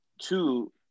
two